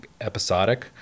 episodic